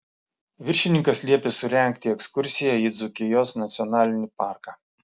viršininkas liepė surengti ekskursiją į dzūkijos nacionalinį parką